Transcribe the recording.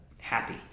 happy